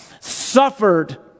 suffered